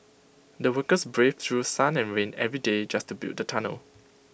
the workers braved through sun and rain every day just to build the tunnel